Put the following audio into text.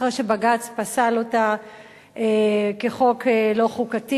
אחרי שבג"ץ פסל אותה כחוק לא חוקתי.